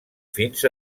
fins